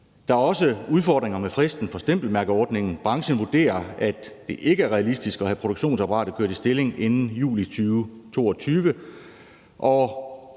Der er også udfordringer med fristen for stempelmærkeordningen. Branchen vurderer, at det ikke er realistisk at have produktionsapparatet kørt i stilling inden juli 2022,